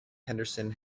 henderson